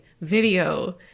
video